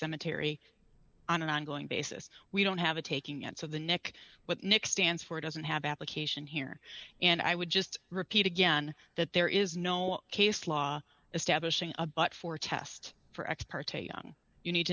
cemetery on an ongoing basis we don't have a taking and so the neck what nick stands for doesn't have application here and i would just repeat again that there is no case law establishing a but for test for ex parte done you need